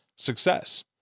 success